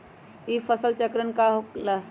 ई फसल चक्रण का होला?